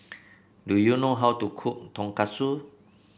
do you know how to cook Tonkatsu